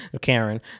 karen